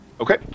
Okay